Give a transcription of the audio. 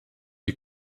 die